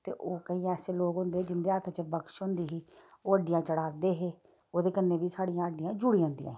ते ओह् केईं ऐसे लोक होंदे हे जिंदे हत्थ च बक्श होंदी ही ओह् हड्डियां चढांदे हे ओह्दे कन्नै बी साढ़ियां हड्डियां जुड़ी जंदियां हियां